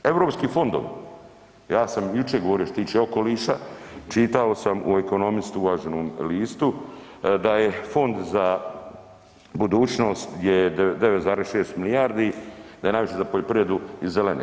Europski fondovi, ja sam jučer govorio što se tiče okoliša, čitao sam u Ekonomist uvaženom listu da je Fond za budućnost 9,6 milijardi, da je najviše za poljoprivredu i zelene.